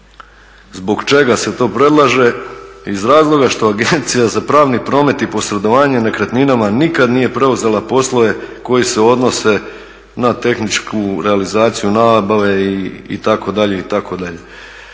zbog čega se to predlaže, iz razloga što Agencija za pravni promet i posredovanje nekretninama nikad nije preuzela poslove koji se odnose na tehničku realizaciju nabave itd., itd.